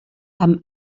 amb